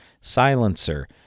Silencer